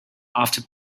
after